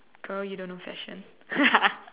girl you don't know fashion